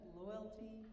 loyalty